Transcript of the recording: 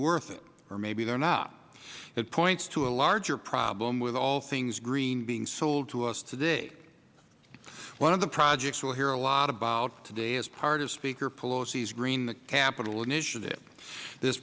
worth it or maybe they are not it points to a larger problem with all things green being sold to us today one of the projects we will hear a lot about today is part of speaker pelosi's green the capitol initiative this